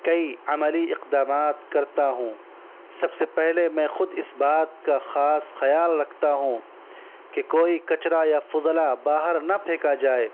کئی عملی اقدامات کرتا ہوں سب سے پہلے میں خود اس بات کا خاص خیال رکھتا ہوں کہ کوئی کچرا یا فضلہ باہر نہ پھینکا جائے